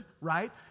right